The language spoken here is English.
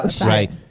Right